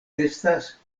estas